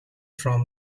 from